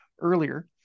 earlier